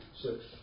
six